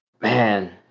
Man